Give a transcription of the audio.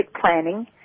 planning